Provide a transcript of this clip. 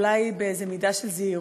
אולי באיזו מידה של זהירות,